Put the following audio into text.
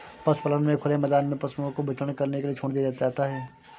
पशुपालन में खुले मैदान में पशुओं को विचरण के लिए छोड़ दिया जाता है